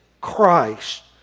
Christ